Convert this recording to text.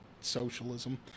socialism